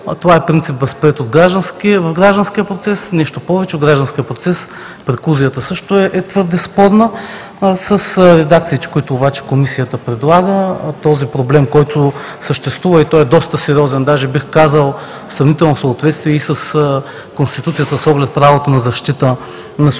това е принцип, възприет в гражданския процес – нищо повече. В гражданския процес преклузията също е твърде спорна. С редакциите, които обаче Комисията предлага, този проблем, който съществува и той е доста сериозен, даже бих казал – в съмнително съответствие и с Конституцията с оглед правото на защита на субектите,